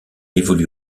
évolue